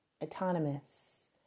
autonomous